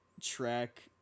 track